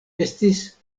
estis